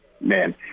Man